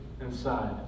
inside